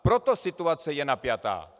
Proto situace je napjatá.